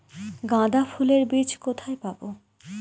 গাঁদা ফুলের বীজ কোথায় পাবো?